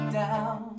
down